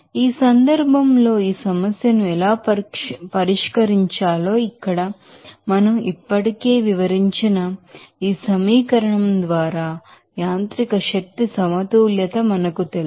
ఈ సందర్భంలో ఈ సమస్యను ఎలా పరిష్కరించాలో ఇక్కడ మనం ఇప్పటికే వివరించిన ఈ సమీకరణం ద్వారా మెకానికల్ ఎనర్జీ బాలన్స్ మనకు తెలుసు